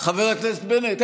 חבר הכנסת בנט,